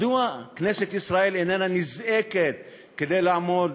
מדוע כנסת ישראל איננה נזעקת כדי לעמוד